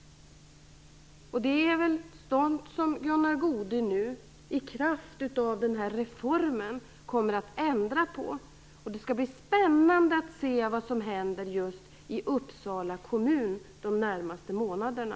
Det är väl sådant som Gunnar Goude nu i kraft av den här reformen kommer att ändra på. Det skall bli spännande att se vad som händer just i Uppsala kommun de närmaste månaderna.